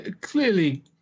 Clearly